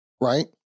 right